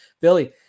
Billy